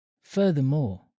Furthermore